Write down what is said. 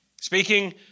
speaking